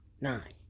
nine